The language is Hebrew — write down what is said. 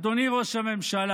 אדוני ראש הממשלה,